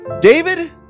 David